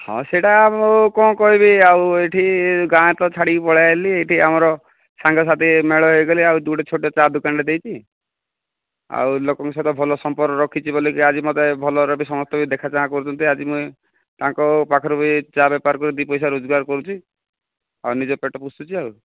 ହଁ ସେଇଟା ମୁଁ କଁ କହିବି ଆଉ ଏଠି ଗାଁ ତ ଛାଡ଼ିକି ପଳାଇଆସିଲି ଏଇଠି ଆମର ସାଙ୍ଗସାଥୀ ମେଳ ହେଇଗଲେ ଆଉ ଛୋଟ ଚା' ଦୋକାନଟେ ଦେଇଛି ଆଉ ଲୋକଙ୍କ ସହିତ ଭଲ ସମ୍ପର୍କ ରଖିଛି ବୋଲିକି ଆଜି ମୋତେ ଭଲରେ ବି ସମସ୍ତେ ବି ଦେଖାଚାହାଁ କରୁଛନ୍ତି ଆଜି ମୁଇଁ ତାଙ୍କ ପାଖରୁ ବି ଚା' ବେପାର କରି ଦୁଇ ପଇସା ରୋଜଗାର କରୁଛି ଆଉ ନିଜେ ପେଟ ପୋଷୁଛି ଆଉ